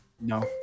No